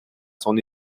son